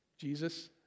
Jesus